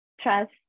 Trust